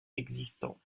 existants